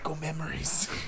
Memories